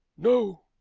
no.